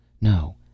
No